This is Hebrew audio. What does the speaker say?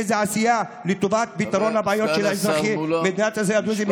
איזו עשייה לטובת פתרון הבעיות של אזרחי מדינת ישראל הדרוזים,